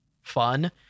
fun